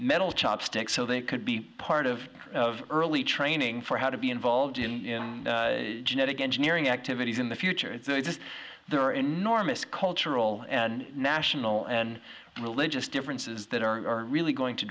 metal chopsticks so they could be part of early training for how to be involved in genetic engineering activities in the future it's just there are enormous cultural and national and religious differences that are really going to